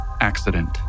accident